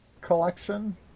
collection